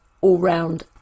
All-Round